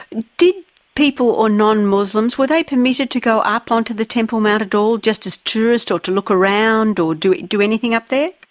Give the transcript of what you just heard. did people or non-muslims, were they permitted to go up onto the temple mount at all, just as tourists or to look around or do do anything up there?